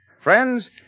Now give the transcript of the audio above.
Friends